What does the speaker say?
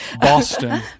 Boston